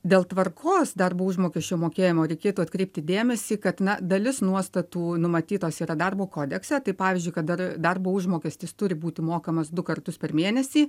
dėl tvarkos darbo užmokesčio mokėjimo reikėtų atkreipti dėmesį kad na dalis nuostatų numatytos yra darbo kodekse tai pavyzdžiui ka dar darbo užmokestis turi būti mokamas du kartus per mėnesį